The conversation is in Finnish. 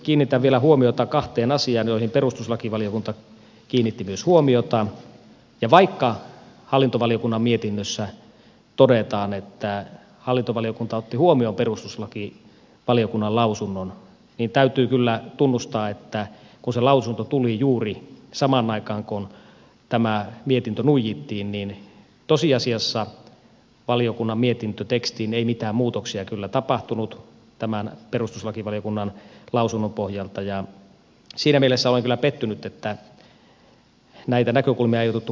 kiinnitän vielä huomiota kahteen asiaan joihin myös perustuslakivaliokunta kiinnitti huomiota ja vaikka hallintovaliokunnan mietinnössä todetaan että hallintovaliokunta otti huomioon perustuslakivaliokunnan lausunnon niin täytyy kyllä tunnustaa että kun se lausunto tuli juuri samaan aikaan kuin tämä mietintö nuijittiin niin tosiasiassa valiokunnan mietintötekstiin ei mitään muutoksia kyllä tapahtunut tämän perustuslakivaliokunnan lausunnon pohjalta ja siinä mielessä olen kyllä pettynyt että näitä näkökulmia ei otettu huomioon